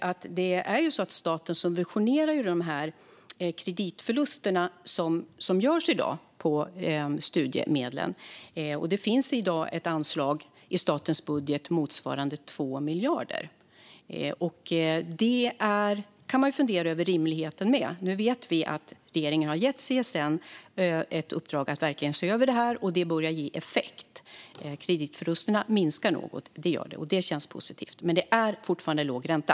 Sedan kan vi väl tillägga att staten subventionerar de kreditförluster som i dag görs på studiemedlen - det finns i dag ett anslag i statens budget motsvarande 2 miljarder. Det kan man ju fundera över rimligheten med. Nu vet vi att regeringen har gett CSN i uppdrag att se över detta och att det börjar ge effekt. Kreditförlusterna minskar något, och det känns positivt. Men det är fortfarande låg ränta.